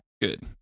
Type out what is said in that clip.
good